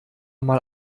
mal